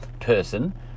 person